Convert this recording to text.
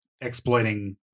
exploiting